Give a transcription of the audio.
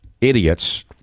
idiots